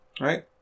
right